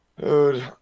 Dude